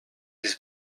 his